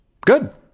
Good